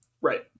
Right